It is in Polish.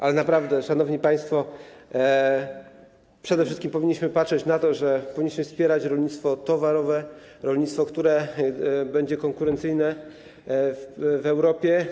Ale naprawdę, szanowni państwo, przede wszystkim powinniśmy patrzeć na to, że powinniśmy wspierać rolnictwo towarowe, rolnictwo, które będzie konkurencyjne w Europie.